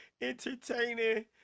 entertaining